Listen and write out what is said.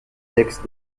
texte